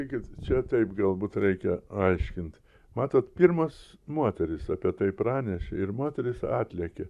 taigi čia taip galbūt reikia aiškint matot pirmos moterys apie tai pranešė ir moterys atlėkė